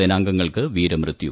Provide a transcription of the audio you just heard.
സേനാംഗങ്ങൾക്ക് വീരമൃത്യു